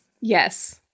Yes